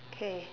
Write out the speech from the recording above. okay